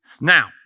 Now